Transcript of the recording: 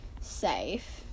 safe